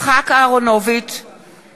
הודעתי וביקשתי להימנע מהשאלות.